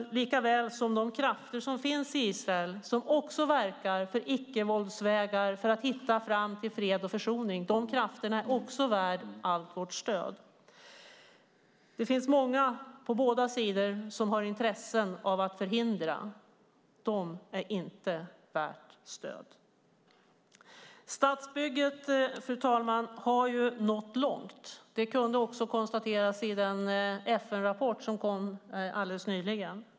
Detsamma gäller de krafter i Israel som verkar för icke-våldsvägar, som verkar för att hitta fram till fred och försoning. Också de krafterna är värda allt vårt stöd. Det finns många på båda sidor som har intresse av att förhindra detta. De är inte värda något stöd. Fru talman! Statsbygget har nått långt. Det kunde konstateras i den FN-rapport som nyligen utkom.